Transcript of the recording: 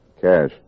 Cash